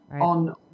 on